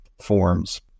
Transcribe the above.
forms